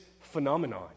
phenomenon